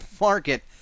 market